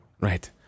Right